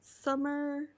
summer